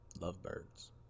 Lovebirds